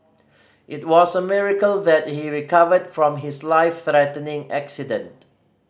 it was a miracle that he recovered from his life threatening accident